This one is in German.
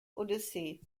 odyssee